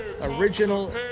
original